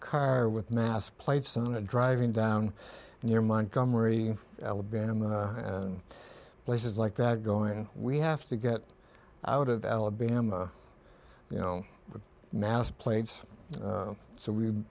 car with mast plates on a driving down near montgomery alabama and places like that going we have to get out of alabama you know mass plates so we